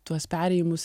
tuos perėjimus